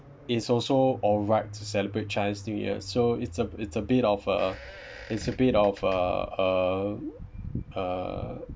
it's also alright to celebrate chinese new year so it's a it's a bit of uh it's a bit of uh uh uh